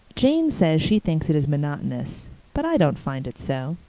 jane says she thinks it is monotonous but i don't find it so.